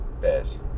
bears